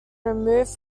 removed